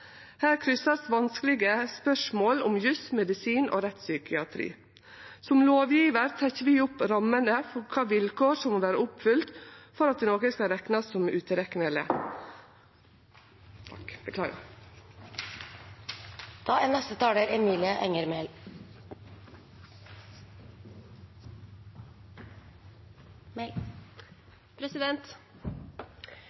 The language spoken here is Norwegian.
Her kryssar vanskelege spørsmål kvarandre, om juss, medisin og rettspsykiatri. Som lovgjevar trekkjer vi opp rammene for kva vilkår som må vere oppfylte for at nokon skal reknast som